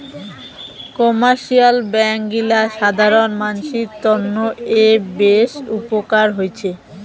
commercial bank গিলা সাধারণ মানসির তন্ন এ বেশ উপকার হৈছে